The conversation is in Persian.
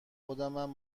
خودمم